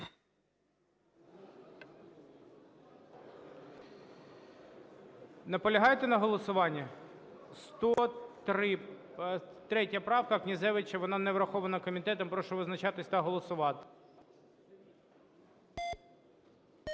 Наполягаєте на голосуванні? 103 правка Князевича, вона не врахована комітетом. Прошу визначатись та голосувати.